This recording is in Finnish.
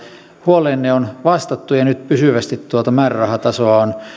huoleenne on vastattu ja nyt pysyvästi tuota määrärahatasoa on